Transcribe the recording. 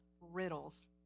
riddles